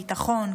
ביטחון,